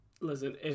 Listen